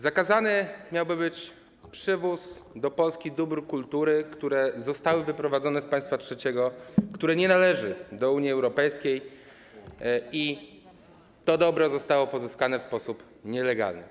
Zakazany miałby być przywóz do Polski dóbr kultury, które zostały wyprowadzone z państwa trzeciego, które nie należy do Unii Europejskiej, i to dobro zostało pozyskane w sposób nielegalny.